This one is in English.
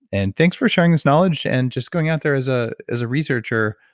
and thanks for sharing this knowledge and just going out there as ah as a researcher.